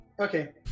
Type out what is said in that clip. Okay